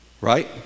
Right